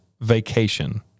vacation